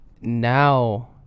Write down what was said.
now